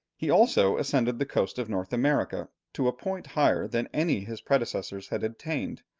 he also ascended the coast of north america to a point higher than any his predecessors had attained,